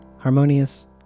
Harmonious